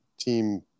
team